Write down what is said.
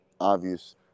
obvious